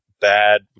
bad